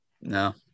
No